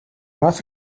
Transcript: más